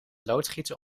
loodgieter